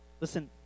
Listen